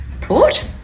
port